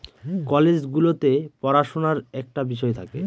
college গুলোতে পড়াশুনার একটা বিষয় থাকে